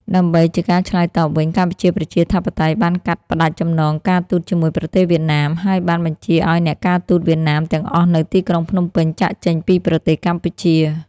ដើម្បីជាការឆ្លើយតបវិញ កម្ពុជាប្រជាធិបតេយ្យបានកាត់ផ្តាច់ចំណងការទូតជាមួយប្រទេសវៀតណាម ហើយបានបញ្ជាឱ្យអ្នកការទូតវៀតណាមទាំងអស់នៅទីក្រុងភ្នំពេញចាកចេញពីប្រទេសកម្ពុជា។